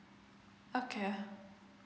okay